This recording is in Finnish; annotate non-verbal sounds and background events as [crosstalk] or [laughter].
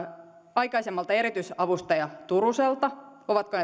aikaisemmalta erityisavustaja turuselta ovatko [unintelligible]